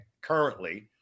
currently